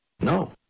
No